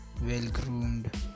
well-groomed